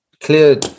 clear